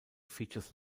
features